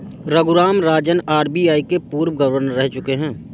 Raghuram Rajan RBI के पूर्व governor रह चुके हैं